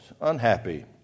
unhappy